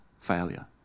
failure